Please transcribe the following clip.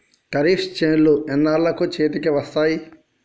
ఖరీఫ్ చేలు ఎన్నాళ్ళకు చేతికి వస్తాయి?